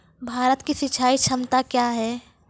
भारत की सिंचाई क्षमता क्या हैं?